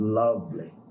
lovely